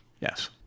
Yes